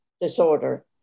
disorder